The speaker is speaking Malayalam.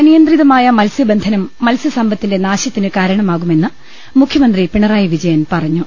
അനിയന്ത്രിതമായ മത്സ്യബന്ധനം മത്സ്യസമ്പത്തിന്റെ നാശത്തിന് കാരണമാകുമെന്ന് മുഖ്യമന്ത്രി പിണറായി വിജയൻ പറഞ്ഞു